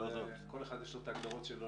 לכל אחד יש את ההגדרות שלו.